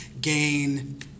gain